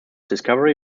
discovery